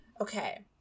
Okay